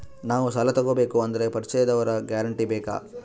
ನಾವು ಸಾಲ ತೋಗಬೇಕು ಅಂದರೆ ಪರಿಚಯದವರ ಗ್ಯಾರಂಟಿ ಬೇಕಾ?